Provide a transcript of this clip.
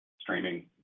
streaming